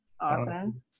awesome